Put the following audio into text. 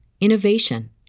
innovation